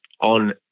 on